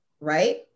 right